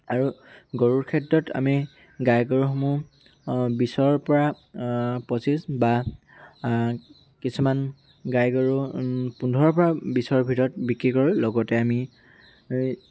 আৰু গৰুৰ ক্ষেত্ৰত আমি গাই গৰুসমূহ বিছৰ পৰা পঁচিছ বা কিছুমান গাই গৰু পোন্ধৰৰ পৰা বিছৰ ভিতৰত বিক্ৰী কৰোঁ লগতে আমি